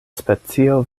specio